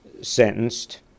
sentenced